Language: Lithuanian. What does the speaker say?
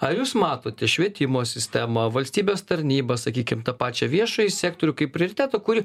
ar jūs matote švietimo sistemą valstybės tarnybą sakykim tą pačią viešąjį sektorių kaip prioritetą kurį